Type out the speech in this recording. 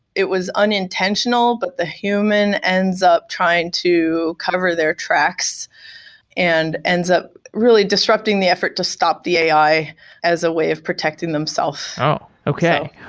it was unintentional, but the human ends up trying to cover their tracks and ends up really disrupting the effort to stop the ai as a way of protecting themselves okay.